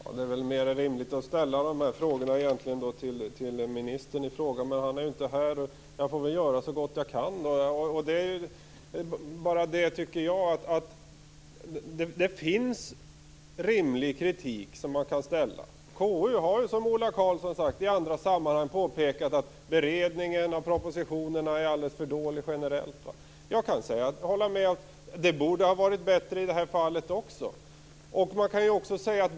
Fru talman! Det är väl mer rimligt att ställa frågorna till ministern. Han är inte här. Jag får väl göra så gott jag kan. Det finns rimlig kritik. KU har i andra sammanhang påpekat att beredningen av propositionerna generellt sett är för dålig. Jag kan hålla med om att beredningen borde ha varit bättre i det här fallet också.